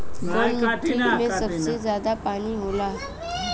कौन मिट्टी मे सबसे ज्यादा पानी होला?